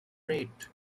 rate